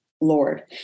Lord